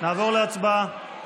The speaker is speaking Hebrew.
נעבור להצבעה.